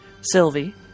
Sylvie